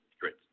Great